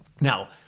Now